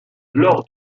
lors